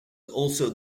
also